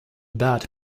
bad